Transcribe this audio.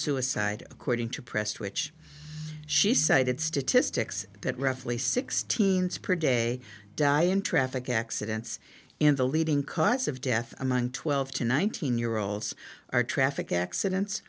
suicide according to prestwich she cited statistics that roughly six teens per day die in traffic accidents in the leading cause of death among twelve to nineteen year olds are traffic accidents